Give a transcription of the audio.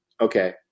okay